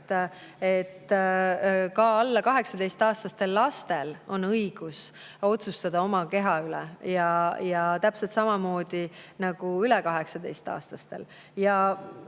et ka alla 18‑aastastel lastel on õigus otsustada oma keha üle, täpselt samamoodi nagu üle 18‑aastastel.